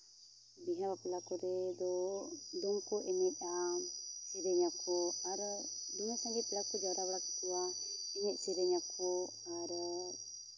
ᱵᱤᱦᱟᱹ ᱵᱟᱯᱞᱟ ᱠᱚᱨᱮᱫᱚ ᱫᱚᱝ ᱠᱚ ᱮᱱᱮᱡᱟ ᱥᱮᱨᱮᱧᱟ ᱠᱚ ᱟᱨ ᱫᱚᱢᱮ ᱥᱟᱸᱜᱮ ᱯᱮᱲᱟ ᱠᱚᱠᱚ ᱡᱟᱨᱣᱟ ᱵᱟᱲᱟ ᱠᱟᱠᱚᱣᱟ ᱮᱱᱮᱡ ᱥᱮᱨᱮᱧ ᱟᱠᱚ ᱟᱨ